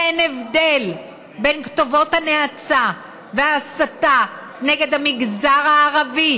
ואין הבדל בין כתובות הנאצה וההסתה נגד המגזר הערבי